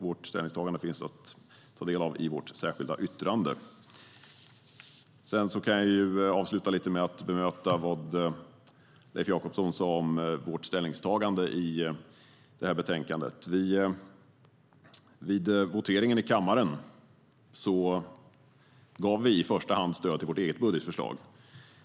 Vårt ställningstagande finns att ta del av i vårt särskilda yttrande. Låt mig avsluta med att bemöta vad Leif Jakobsson sa om vårt ställningstagande till detta betänkande. Vid voteringen i kammaren gav vi i första hand stöd till vårt eget budgetförslag.